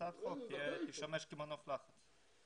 הצעת החוק תשמש כמנוף לחץ.